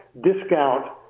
discount